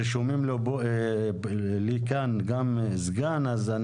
רשום לי כאן גם הסגן, ואני